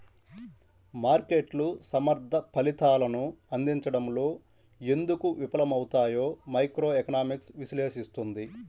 మార్కెట్లు సమర్థ ఫలితాలను అందించడంలో ఎందుకు విఫలమవుతాయో మైక్రోఎకనామిక్స్ విశ్లేషిస్తుంది